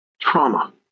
trauma